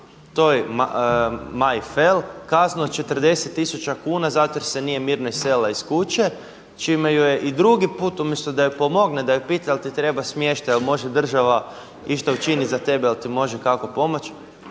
toj Maji Fel kaznu od 40 tisuća kuna zato jer se nije mirno iselila iz kuće, čime ju je i drugi put umjesto da joj pomogne da ju pita jel ti treba smještaj jel može država išta učiniti za tebe, jel ti može kako pomoć,